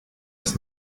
das